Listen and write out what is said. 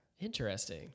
Interesting